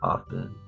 Often